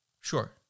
Sure